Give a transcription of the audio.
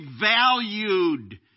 valued